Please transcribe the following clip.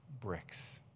bricks